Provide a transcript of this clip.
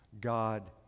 God